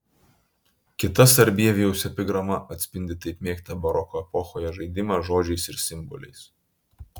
kita sarbievijaus epigrama atspindi taip mėgtą baroko epochoje žaidimą žodžiais ir simboliais